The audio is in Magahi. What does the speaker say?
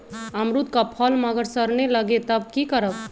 अमरुद क फल म अगर सरने लगे तब की करब?